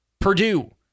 Purdue